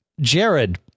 Jared